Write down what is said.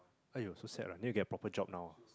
!aiyo! so sad right need to get a proper job now ah